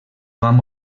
van